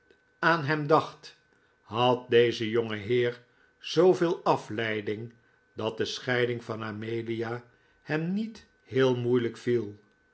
aan hem dacht had deze jongeheer zooveel afleiding dat de scheiding van amelia hem niet heel moeilijk viel